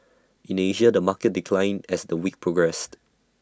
in Asia the market declined as the week progressed